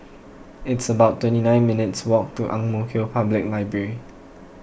it's about twenty nine minutes' walk to Ang Mo Kio Public Library